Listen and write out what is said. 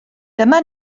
dyma